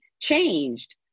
changed